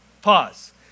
Pause